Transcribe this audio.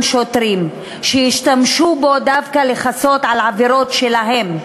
שוטרים שהשתמשו בכך דווקא לכסות על עבירות שלהם.